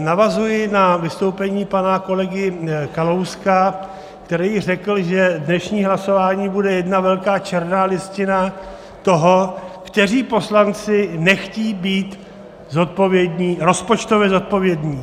Navazuji na vystoupení pana kolegy Kalouska, který řekl, že dnešní hlasování bude jedna velká černá listina toho, kteří poslanci nechtějí být rozpočtově zodpovědní.